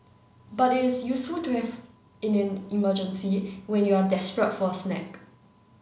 but it is useful to have in an emergency when you are desperate for a snack